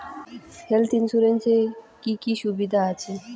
Health insurance এ কি কি সুবিধা আছে?